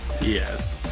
yes